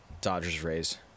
Dodgers-Rays